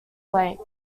lake